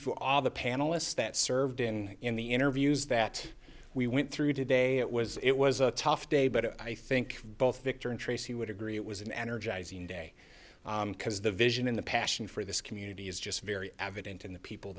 for all the panelists that served in the interviews that we went through today it was it was a tough day but i think both victor and tracy would agree it was an energizing day because the vision and the passion for this community is just very evident in the people